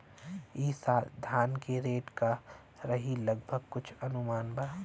ई साल धान के रेट का रही लगभग कुछ अनुमान बा?